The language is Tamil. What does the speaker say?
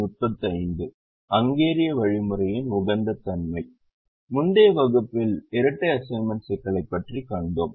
முந்தைய வகுப்பில் இரட்டை அசைன்மென்ட் சிக்கலை பற்றி கண்டோம்